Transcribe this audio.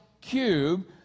cube